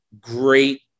Great